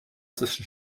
zwischen